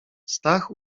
stach